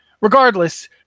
Regardless